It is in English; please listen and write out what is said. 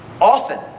often